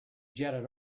jetted